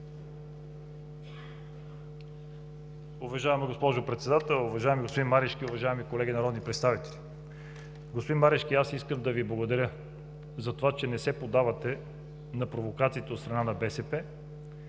Уважаема госпожо Председател, уважаеми господин Марешки, уважаеми колеги народни представители! Господин Марешки, искам да Ви благодаря, че не се поддавате на провокациите от страна на БСП